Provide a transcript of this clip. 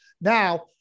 Now